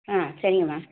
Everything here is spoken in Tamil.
ஆ சரிங்கம்மா